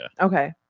Okay